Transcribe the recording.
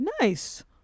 nice